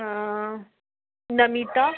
Namita